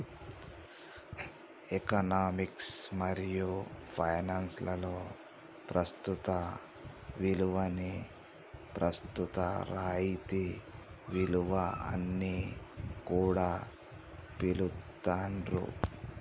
economics మరియు finance లలో ప్రస్తుత విలువని ప్రస్తుత రాయితీ విలువ అని కూడా పిలుత్తాండ్రు